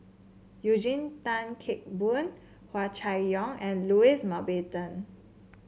Eugene Tan Kheng Boon Hua Chai Yong and Louis Mountbatten